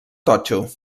totxo